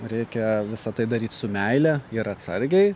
reikia visa tai daryt su meile ir atsargiai